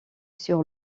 sur